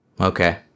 Okay